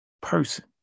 person